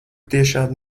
tiešām